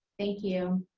thank you.